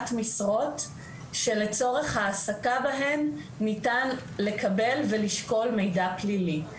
משרות שלצורך העסקה בהן ניתן לקבל ולשקול מידע פלילי.